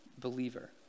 believer